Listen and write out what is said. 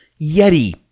Yeti